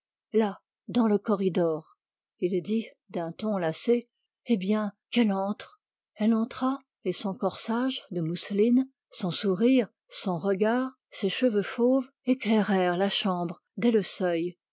là dans le corridor il dit d'un ton lassé eh bien qu'elle entre elle entra et son corsage de mousseline son sourire son regard ses cheveux fauves éclairèrent la chambre dès le seuil